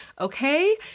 okay